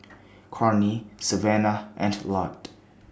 Cornie Savannah and Lott